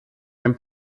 ein